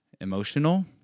emotional